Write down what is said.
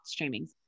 streamings